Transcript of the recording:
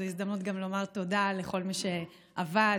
זו הזדמנות לומר תודה לכל מי שעבד,